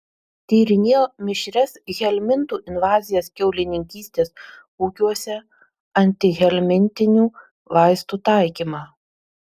tyrinėjo mišrias helmintų invazijas kiaulininkystės ūkiuose antihelmintinių vaistų taikymą